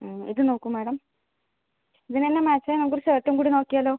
ഇത് നോക്കൂ മേഡം ഇതിനുതന്നെ മാച്ച് ആയി നമുക്ക് ഒരു ഷേർട്ടും കൂടി നോക്കിയാലോ